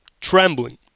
trembling